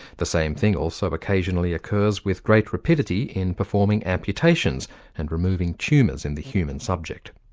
the same thing also occasionally occurs with great rapidity in performing amputations and removing tumors in the human subject.